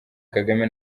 kagame